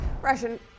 russian